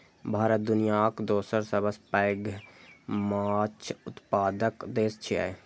भारत दुनियाक दोसर सबसं पैघ माछ उत्पादक देश छियै